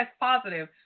positive